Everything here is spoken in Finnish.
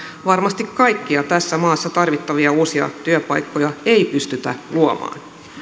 varmasti kaikkia tässä maassa tarvittavia uusia työpaikkoja ei pystytä luomaan